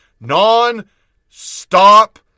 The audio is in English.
non-stop